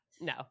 no